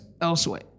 elsewhere